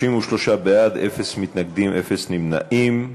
33 בעד, אין מתנגדים, אין נמנעים.